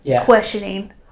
questioning